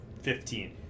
fifteen